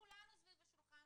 כולנו סביב השולחן,